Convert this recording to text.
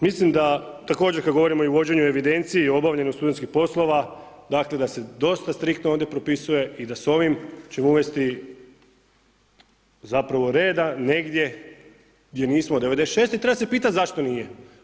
Mislim da također kada govorimo o uvođenju evidencije o obavljanju studentskih poslova dakle, da se dosta striktno ovdje propisuje i da sa ovim ćemo uvesti zapravo reda negdje gdje nismo od 96. i treba se pitati zašto nije.